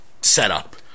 setup